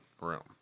room